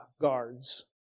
guards